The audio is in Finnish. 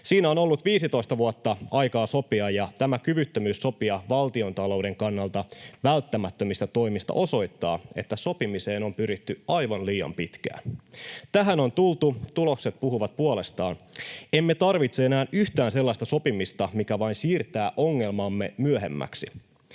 Siinä on ollut 15 vuotta aikaa sopia, ja tämä kyvyttömyys sopia valtiontalouden kannalta välttämättömistä toimista osoittaa, että sopimiseen on pyritty aivan liian pitkään. Tähän on tultu, tulokset puhuvat puolestaan. Emme tarvitse enää yhtään sellaista sopimista, mikä vain siirtää ongelmamme myöhemmäksi.